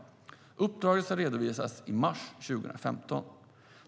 Uppdraget ska redovisas i mars 2015.